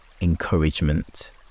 encouragement